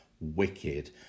Wicked